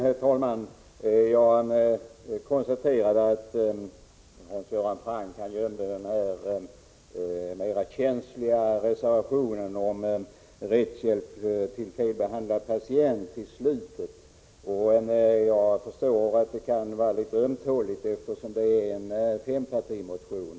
Herr talman! Jag konstaterar att Hans Göran Franck gömde den mera känsliga reservationen om rättshjälp till felbehandlad patient till slutet av sitt anförande. Jag förstår att frågan kan vara litet ömtålig, eftersom den tagits upp i en fempartimotion.